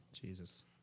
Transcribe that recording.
Jesus